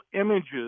images